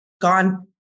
gone